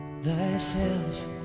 thyself